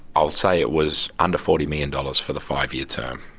i'll say it was under forty million dollars for the five-year term.